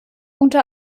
unter